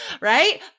right